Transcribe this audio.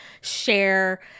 share